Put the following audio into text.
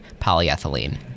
polyethylene